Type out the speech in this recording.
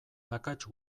akats